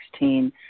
2016